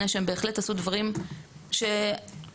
הדבר הנכון לעשות גם מבחינת חופש החופש האקדמי,